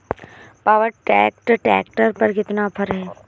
Power track tractor पर कितना offer है?